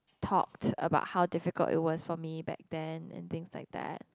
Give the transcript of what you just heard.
talked about how difficult it was for me back then and things like that